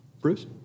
Bruce